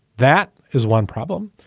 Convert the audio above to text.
that is one problem.